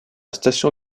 station